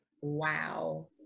wow